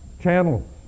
channels